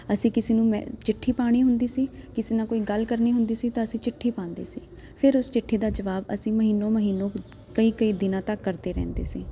ਅਸੀਂ ਕਿਸੇ ਨੂੰ ਮੈ ਚਿੱਠੀ ਪਾਉਣੀ ਹੁੰਦੀ ਸੀ ਕਿਸੇ ਨਾਲ ਕੋਈ ਗੱਲ ਕਰਨੀ ਹੁੰਦੀ ਸੀ ਤਾਂ ਅਸੀਂ ਚਿੱਠੀ ਪਾਉਂਦੇ ਸੀ ਫਿਰ ਉਸ ਚਿੱਠੀ ਦਾ ਜਵਾਬ ਅਸੀਂ ਮਹੀਨੇ ਮਹੀਨੇ ਕਈ ਕਈ ਦਿਨਾਂ ਤੱਕ ਕਰਦੇ ਰਹਿੰਦੇ ਸੀ